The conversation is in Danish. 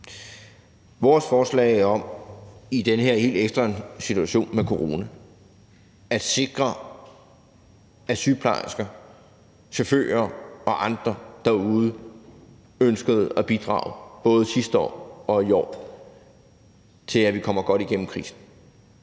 Vores forslag – i den her helt ekstraordinære situation med corona – om at sikre, at sygeplejersker, chauffører og andre derude ønskede at bidrage både sidste år og i år til, at vi kommer godt igennem krisen,